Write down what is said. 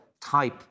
type